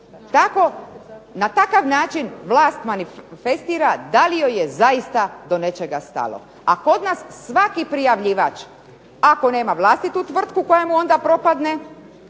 na takav način vlast manifestira da li joj je zaista do nečega stalo. A kod nas svaki prijavljivač ako nema vlastitu tvrtku koja mu onda propadne,